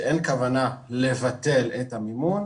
שאין כוונה לבטל את המימון,